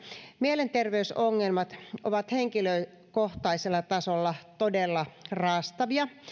mielenterveysongelmat ovat henkilökohtaisella tasolla todella raastavia